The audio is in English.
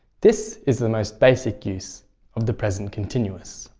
this is the most basic use of the present continuous.